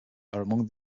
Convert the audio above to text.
among